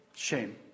Shame